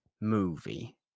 movie